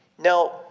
Now